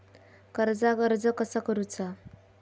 कर्जाक अर्ज कसा करुचा?